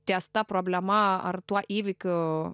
ties ta problema ar tuo įvykiu